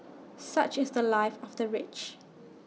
such is The Life of the rich